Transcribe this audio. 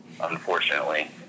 Unfortunately